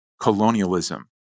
colonialism